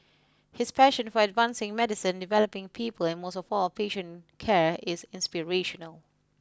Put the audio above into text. his passion for advancing medicine developing people and most of all patient care is inspirational